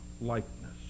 likeness